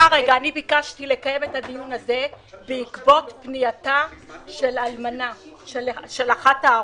ביקשתי לקיים את הדיון הזה בעקבות פנייתה של אלמנה של אחד ההרוגים.